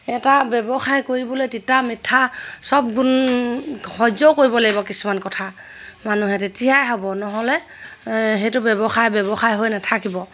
এটা ব্যৱসায় কৰিবলৈ তিতা মিঠা চব গুণ সহ্যও কৰিব লাগিব কিছুমান কথা মানুহে তেতিয়াই হ'ব নহ'লে সেইটো ব্যৱসায় ব্যৱসায় হৈ নাথাকিব